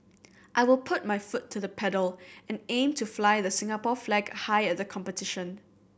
I will put my foot to the pedal and aim to fly the Singapore flag high at the competition